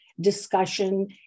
discussion